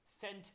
sent